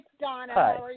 Hi